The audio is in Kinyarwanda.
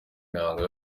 mihango